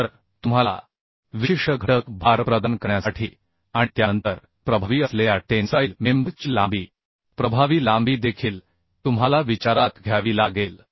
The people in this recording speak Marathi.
तर तुम्हाला विशिष्ट घटक भार प्रदान करण्यासाठी आणि त्यानंतर प्रभावी असलेल्या टेन्साईल मेंबर ची लांबीप्रभावी लांबी देखील तुम्हाला विचारात घ्यावी लागेल